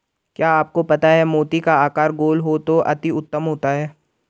क्या आपको पता है मोती का आकार गोल हो तो अति उत्तम होता है